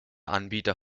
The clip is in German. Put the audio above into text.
anbieter